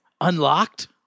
Unlocked